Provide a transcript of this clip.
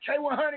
K100